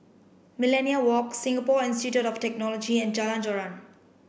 Millenia Walk Singapore Institute of Technology and Jalan Joran